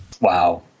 Wow